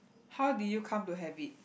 how do you come to have it